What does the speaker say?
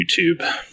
YouTube